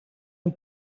een